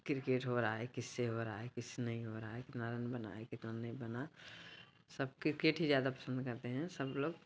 cricket हो रहा है किससे हो रहा है किससे नहीं हो रहा है कितना रन बना है कितना नहीं बना सब क्रिकेट ही ज़्यादा पसंद करते हैं सब लोग